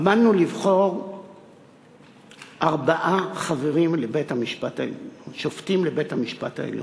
עמדנו לבחור ארבעה שופטים לבית-המשפט העליון.